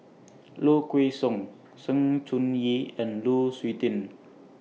Low Kway Song Sng Choon Yee and Lu Suitin